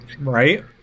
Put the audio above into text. right